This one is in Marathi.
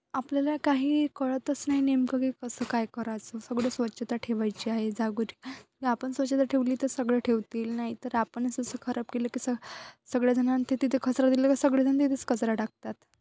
आपल्याला काही कळतच नाही नेमकं की कसं काय करायचं सगळं स्वच्छता ठेवायची आहे जागोरि आपण स्वच्छता ठेवली तर सगळे ठेवतील नाही तर आपणच असं खराब केलं की स सगळेजण ते तिथे कचरा दिलं का सगळेजण तिथेच कचरा टाकतात